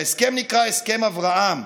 ההסכם נקרא הסכם אברהם,